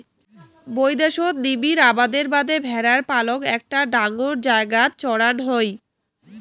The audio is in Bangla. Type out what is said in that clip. বৈদ্যাশত নিবিড় আবাদের বাদে ভ্যাড়ার পালক একটা ডাঙর জাগাত চড়ান হই